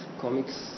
comics